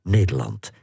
Nederland